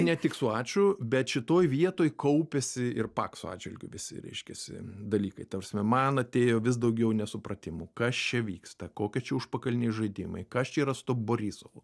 ne tik su ačiū bet šitoj vietoj kaupėsi ir pakso atžvilgiu visi reiškiasi dalykai ta prasme man atėjo vis daugiau nesupratimų kas čia vyksta kokie čia užpakaliniai žaidimai kas čia yra su tuo borisovu